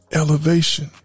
elevation